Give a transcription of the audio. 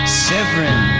severin